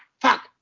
fuck